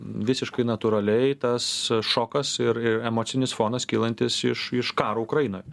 visiškai natūraliai tas šokas ir emocinis fonas kylantis iš iš karo ukrainoj